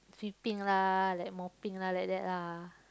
sweeping lah like mopping lah like that lah